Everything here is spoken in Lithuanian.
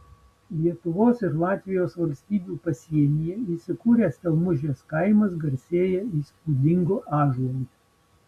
lietuvos ir latvijos valstybių pasienyje įsikūręs stelmužės kaimas garsėja įspūdingu ąžuolu